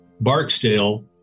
Barksdale